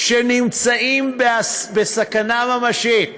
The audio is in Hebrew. שנמצאים בסכנה ממשית,